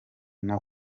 nta